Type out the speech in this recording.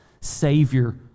Savior